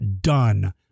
done